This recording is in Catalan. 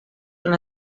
són